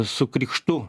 su krikštu